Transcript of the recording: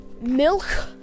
Milk